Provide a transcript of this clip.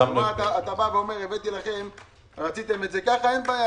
אתה אומר: רציתם את זה כך אין בעיה,